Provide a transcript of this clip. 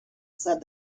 said